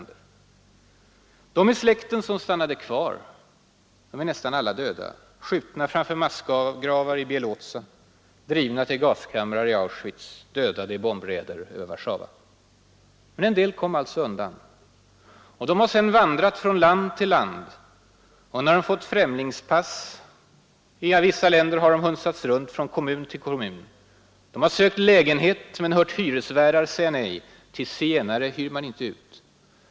De i släkten som stannade kvar är nästan alla döda: skjutna framför massgravar i Bieloza, drivna till gaskamrar i Auschwitz, dödade i bombräder över Warszawa. Men en del kom undan. Och de har sedan vandrat från land till land, och när de fått främlingspass i Frankrike har de hunsats runt från kommun till kommun. De har sökt lägenhet men hört hyresvärdar säga nej; till zigenare hyr man inte ut.